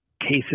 cases